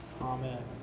Amen